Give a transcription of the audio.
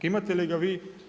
Imate li ga vi?